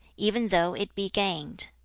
even though it be gained.